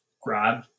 grab